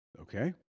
Okay